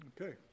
Okay